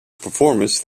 performance